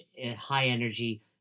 high-energy